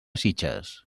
sitges